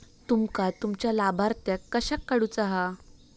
तुमका तुमच्या लाभार्थ्यांका कशाक काढुचा हा?